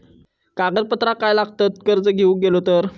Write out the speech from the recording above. कागदपत्रा काय लागतत कर्ज घेऊक गेलो तर?